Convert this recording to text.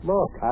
Look